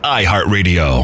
iHeartRadio